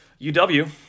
UW